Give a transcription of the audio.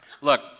Look